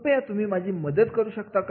कृपया तुम्ही माझी मदत करू शकता का